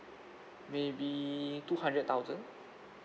maybe two hundred thousand